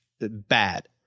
bad